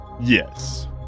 Yes